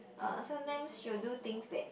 uh sometimes she will do things that